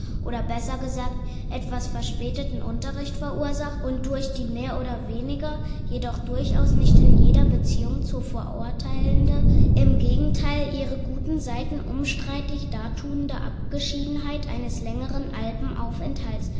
oder besser gesagt etwas verspäteten unterricht verursacht und durch die mehr oder weniger jedoch durchaus nicht in jeder beziehung zu verurteilende im gegenteil ihre guten seiten unstreitig dartuende abgeschiedenheit eines längeren